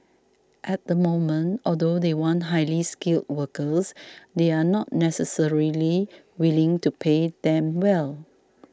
at the moment although they want highly skilled workers they are not necessarily willing to pay them well